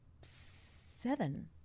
seven